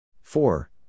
Four